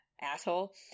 asshole